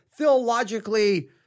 Theologically